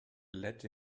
let